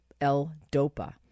L-Dopa